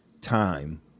time